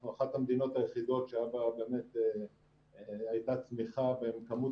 אנחנו אחת המדינות היחידות שהייתה בה צמיחה בכמות